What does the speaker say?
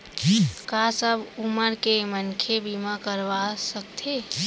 का सब उमर के मनखे बीमा करवा सकथे?